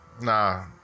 Nah